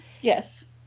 Yes